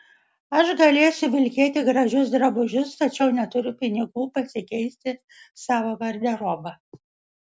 aš galėsiu vilkėti gražius drabužius tačiau neturiu pinigų pasikeisti savo garderobą